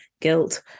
guilt